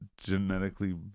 Genetically